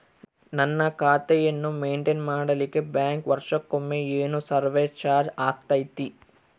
ನನ್ನ ಖಾತೆಯನ್ನು ಮೆಂಟೇನ್ ಮಾಡಿಲಿಕ್ಕೆ ಬ್ಯಾಂಕ್ ವರ್ಷಕೊಮ್ಮೆ ಏನು ಸರ್ವೇಸ್ ಚಾರ್ಜು ಹಾಕತೈತಿ?